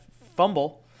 fumble